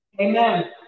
Amen